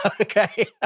Okay